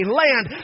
land